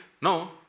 no